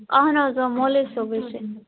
اَہن حظ آ مولوی صٲبٕے چھِ